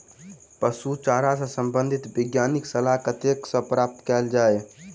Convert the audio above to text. पशु चारा सऽ संबंधित वैज्ञानिक सलाह कतह सऽ प्राप्त कैल जाय?